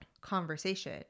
conversation